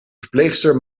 verpleegster